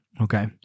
Okay